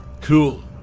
Cool